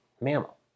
mammal